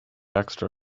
extra